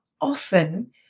often